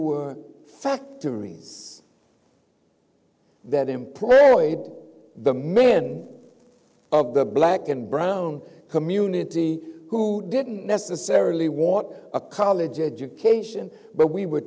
were factories that employed the men of the black and brown community who didn't necessarily want a college education but we were